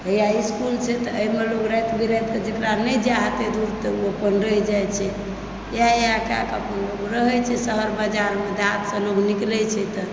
हइयाँ school छै तऽ ओहिमे लोक राति बिराति कऽ जेकरा नहि जै हेतय दूर तऽ ओ अपन रहि जाइत छै इएह इएह कए कऽ अपन लोग रहए छै शहरमे जाके देहातसंँ लोग निकलै छै तऽ